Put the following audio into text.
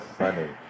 funny